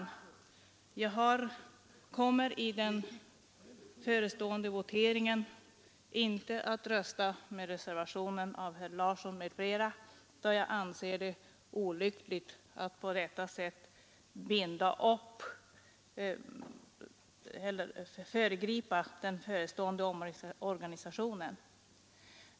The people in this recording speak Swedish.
Jag kommer i den kommande voteringen inte att rösta för reservationen av herr Magnusson i Borås m.fl., då jag anser det olyckligt att på det sättet föregripa den förestående omorganisationen.